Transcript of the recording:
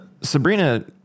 sabrina